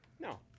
No